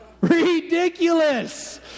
ridiculous